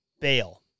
bail